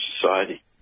society